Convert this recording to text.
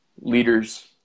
leaders